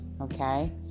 okay